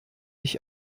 ich